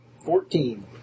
Fourteen